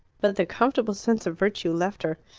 but the comfortable sense of virtue left her.